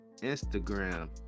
Instagram